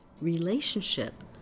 relationship